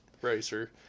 racer